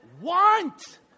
want